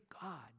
god